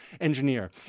engineer